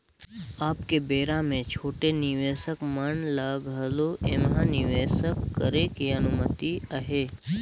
अब के बेरा मे छोटे निवेसक मन ल घलो ऐम्हा निवेसक करे के अनुमति अहे